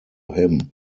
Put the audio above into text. him